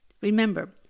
Remember